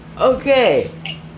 Okay